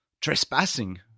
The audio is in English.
trespassing